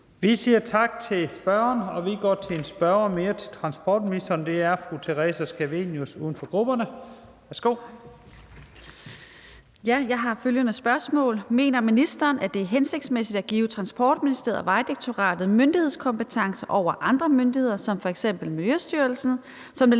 Vi siger tak til spørgeren. Vi går til et spørgsmål mere til transportministeren. Det er fra fru Theresa Scavenius, uden for grupperne. Kl. 15:50 Spm. nr. S 768 22) Til transportministeren af: Theresa Scavenius (UFG): Mener ministeren, at det er hensigtsmæssigt at give Transportministeriet og Vejdirektoratet myndighedskompetence over andre myndigheder som f.eks. Miljøstyrelsen, som der